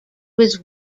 was